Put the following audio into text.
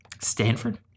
Stanford